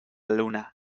luna